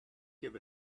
give